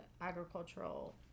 agricultural